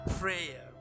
prayer